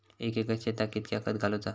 एक एकर शेताक कीतक्या खत घालूचा?